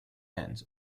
end